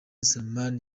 salman